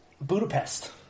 Budapest